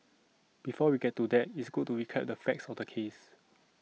before we get to that it's good to recap the facts of the case